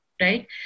right